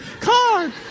Card